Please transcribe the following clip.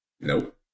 Nope